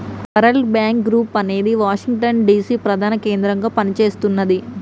world bank group అనేది Washington DC ప్రధాన కేంద్రంగా పనిచేస్తున్నది